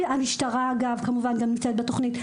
המשטרה כמובן גם נמצאת בתוכנית.